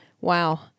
Wow